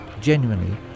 genuinely